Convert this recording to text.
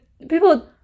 People